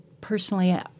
personally